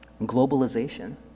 globalization